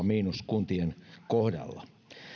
miinus kuntien kohdalla